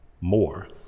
more